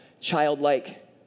childlike